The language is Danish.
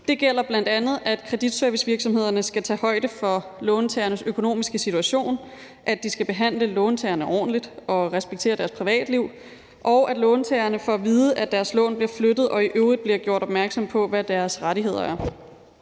Det gælder bl.a., at kreditservicevirksomhederne skal tage højde for låntagernes økonomiske situation, at de skal behandle låntagerne ordentligt og respektere deres privatliv, og at låntagerne får at vide, at deres lån bliver flyttet og i øvrigt bliver gjort opmærksomme på, hvad deres rettigheder er,